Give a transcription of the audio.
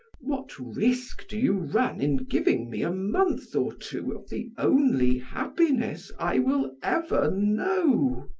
what risk do you run in giving me a month or two of the only happiness i will ever know?